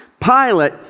Pilate